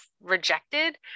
rejected